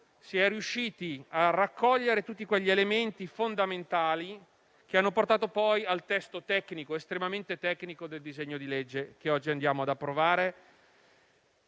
si è riusciti a raccogliere tutti quegli elementi fondamentali che hanno portato poi al testo estremamente tecnico del disegno di legge che oggi ci apprestiamo ad approvare.